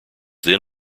then